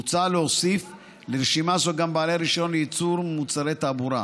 מוצע להוסיף לרשימה זו גם בעלי רישיון לייצור מוצרי תעבורה.